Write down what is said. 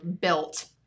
built